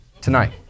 Tonight